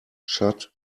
shut